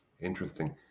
interesting